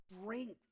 strength